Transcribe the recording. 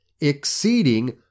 Exceeding